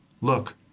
Look